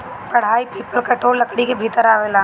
पहाड़ी पीपल कठोर लकड़ी के भीतर आवेला